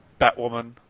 Batwoman